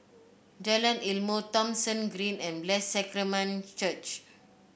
Jalan Ilmu Thomson Green and Blessed Sacrament Church